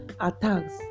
attacks